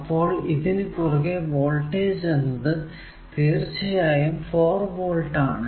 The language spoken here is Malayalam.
അപ്പോൾ ഇതിനു കുറുകെ വോൾടേജ് എന്നത് തീർച്ചയായും 4 വോൾട് ആണ്